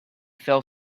fell